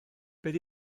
beth